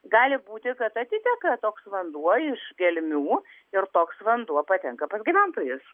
gali būti kad atiteka toks vanduo iš gelmių ir toks vanduo patenka pas gyventojus